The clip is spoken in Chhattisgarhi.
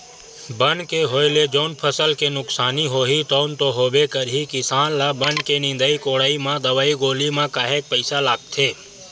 बन के होय ले जउन फसल के नुकसान होही तउन तो होबे करही किसान ल बन के निंदई कोड़ई म दवई गोली म काहेक पइसा लागथे